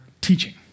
teaching